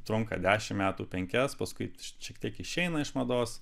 trunka dešimt metų penkis paskui šiek tiek išeina iš mados